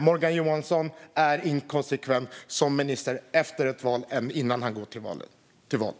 Morgan Johansson är alltså inkonsekvent som minister när det gäller vad han gör efter valet jämfört med vad han sa före valet.